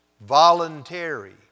voluntary